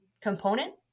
component